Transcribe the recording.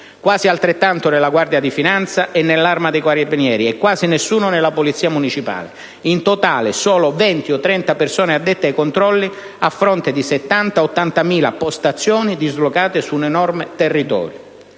quasi altrettanti nella Guardia di finanza e nell'Arma dei carabinieri e quasi nessuno nella Polizia municipale; in totale, vi sarebbero solo 20-30 persone addette ai controlli, a fronte di 70.000-80.000 postazioni dislocate su un enorme territorio.